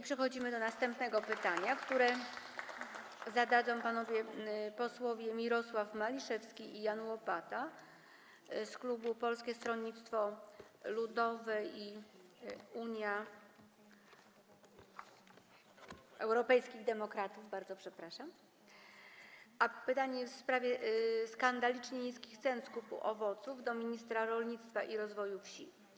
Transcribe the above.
Przechodzimy do następnego pytania, które zadadzą panowie posłowie Mirosław Maliszewski i Jan Łopata z klubu Polskiego Stronnictwa Ludowego - Unii Europejskich Demokratów, w sprawie skandalicznie niskich cen skupu owoców - do ministra rolnictwa i rozwoju wsi.